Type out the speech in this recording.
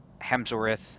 Hemsworth